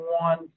one